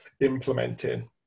implementing